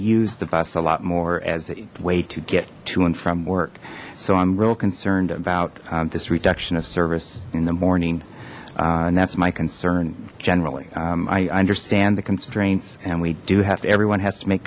use the bus a lot more as a way to get to and from work so i'm real concerned about this reduction of service in the morning and that's my concern generally i understand the constraints and we do have everyone has to make